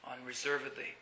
unreservedly